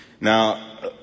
Now